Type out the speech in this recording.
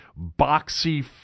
boxy